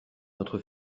notre